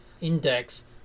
index